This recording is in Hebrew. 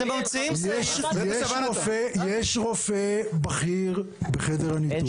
אתם ממציאים סעיף --- יש רופא בכיר בחדר הניתוח.